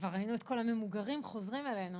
כבר ראינו את כל הממוגרים חוזרים אלינו